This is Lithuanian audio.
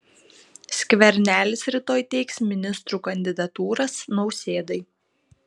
skvernelis rytoj teiks ministrų kandidatūras nausėdai